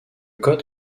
code